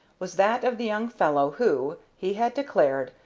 was that of the young fellow who, he had declared,